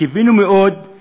קיווינו מאוד שהוא